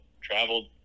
traveled